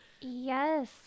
Yes